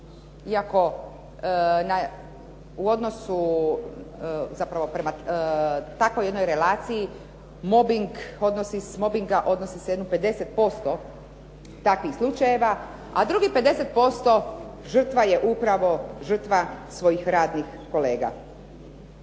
iako u odnosu zapravo prema takvoj jednoj relaciji, mobbing, odnosi mobbinga odnosi se jedno 50% takvih slučajeva. A drugih 50% žrtva je upravo žrtva svojih radnih kolega.